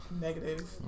Negative